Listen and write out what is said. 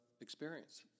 experience